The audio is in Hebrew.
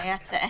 לא,